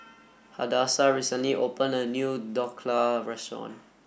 Hadassah recently opened a new Dhokla restaurant